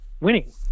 winning